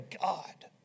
God